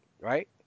Right